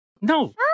no